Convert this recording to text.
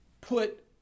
put